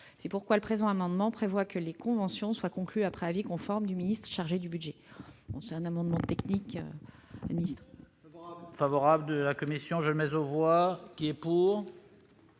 C'est pourquoi le présent amendement prévoit que les conventions soient conclues après avis conforme du ministre chargé du budget. Il s'agit d'un amendement technique.